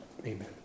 amen